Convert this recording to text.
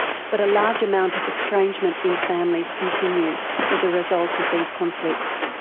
but a large amount of estrangement in families continues as a result of these conflicts.